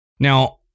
Now